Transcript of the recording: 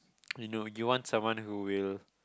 you know you want someone who will